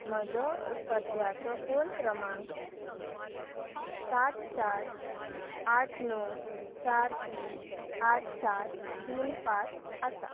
म्हजो सद्याचो फोन क्रमांक सात चार आठ णव चार तीन आठ सात तीन पांच आसा